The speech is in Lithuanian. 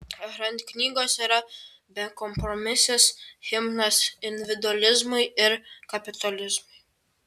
rand knygos yra bekompromisis himnas individualizmui ir kapitalizmui